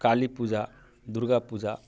Kali Puja Durga Puja